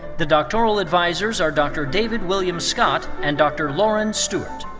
the doctoral advisers are dr. david william scott and dr. loren stewart.